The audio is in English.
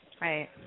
Right